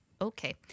Okay